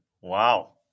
Wow